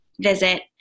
visit